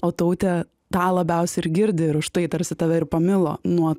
o tautė tą labiausiai ir girdi ir už tai tarsi tave ir pamilo nuo